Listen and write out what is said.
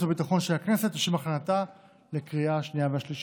והביטחון של הכנסת לשם הכנתה לקריאה השנייה והשלישית.